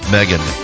Megan